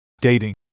dating